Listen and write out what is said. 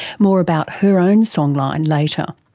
more about her own songline and later.